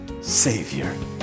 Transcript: Savior